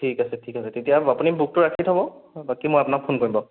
ঠিক আছে ঠিক আছে তেতিয়া হ'লে আপুনি বুকটো ৰাখি থ'ব বাকী মই আপোনাক ফ'ন কৰিম বাৰু